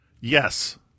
Yes